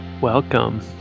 Welcome